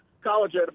college